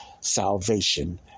salvation